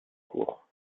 cour